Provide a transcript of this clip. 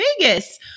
Vegas